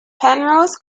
penrose